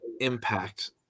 impact